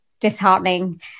disheartening